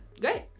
Great